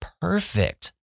perfect